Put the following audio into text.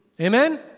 Amen